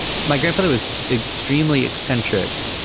my grandfather was extremely eccentric.